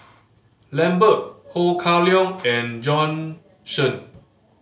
Lambert Ho Kah Leong and Bjorn Shen